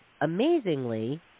amazingly